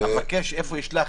המבקש לאיפה ישלח?